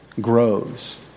grows